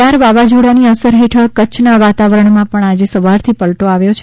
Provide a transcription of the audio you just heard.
કયાર વાવાઝોડાની અસર હેઠળ કચ્છના વાતાવરણમાં પણ આજે સવારથી પલટો આવ્યો છે